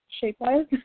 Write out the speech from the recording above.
Shape-wise